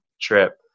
trip